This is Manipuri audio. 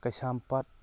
ꯀꯩꯁꯥꯝꯄꯥꯠ